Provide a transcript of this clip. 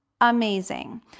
amazing